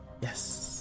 Yes